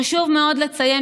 חשוב מאוד לציין,